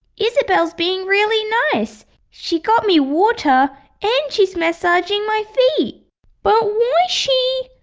isabelle's being really nice she got me water and she's massaging my feet but why she?